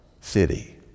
city